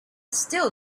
still